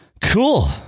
Cool